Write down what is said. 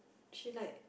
she like